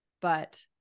But-